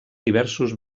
diversos